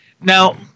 Now